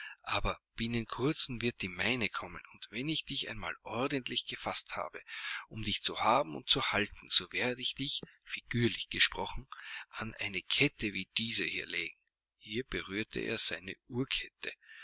aber binnen kurzem wird die meine kommen und wenn ich dich einmal ordentlich gefaßt habe um dich zu haben und zu halten so werde ich dich figürlich gesprochen an eine kette wie diese hier legen hier berührte er seine uhrkette